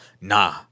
nah